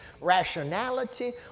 rationality